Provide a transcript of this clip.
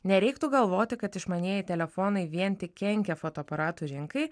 nereiktų galvoti kad išmanieji telefonai vien tik kenkia fotoaparatų rinkai